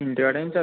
ఇంటికడే అండి సార్